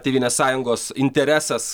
tėvynės sąjungos interesas